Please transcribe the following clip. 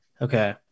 Okay